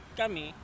kami